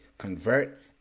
convert